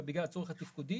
אלא בגלל הצורך התפקודי